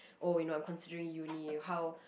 oh you know I'm considering uni how